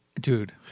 Dude